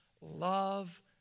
Love